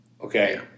okay